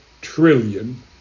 trillion